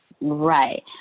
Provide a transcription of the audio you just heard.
right